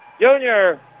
Junior